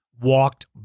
walked